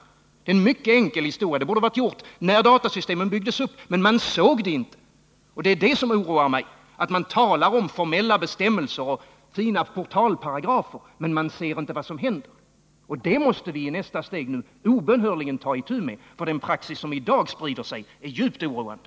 Det är en mycket enkel historia, och det borde ha blivit gjort redan när datasystemen byggdes upp, men man såg det inte då. Det som oroar mig är att man talar om formella bestämmelser och fina portalparagrafer men att man inte ser vad som händer. Det måste vi nu i nästa steg obönhörligen ta itu med, för den praxis som i dag sprider sig är djupt oroande.